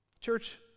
Church